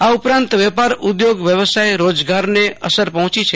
આ ઉપરાંત વેપાર ઉધોગ વ્યવસાય રોજગારને અસર પહોંચી છે